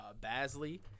Basley